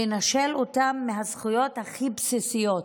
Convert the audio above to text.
מנשלת אותם מהזכויות הכי בסיסיות,